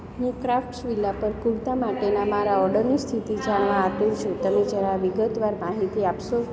હું ક્રાફ્ટ્સવિલા પર કુર્તા માટેના મારા ઓર્ડરની સ્થિતિ જાણવા આતુર છું તમે જરા વિગતવાર માહિતી આપશો